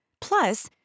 Plus